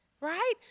Right